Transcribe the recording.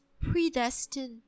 predestined